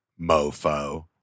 mofo